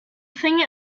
thing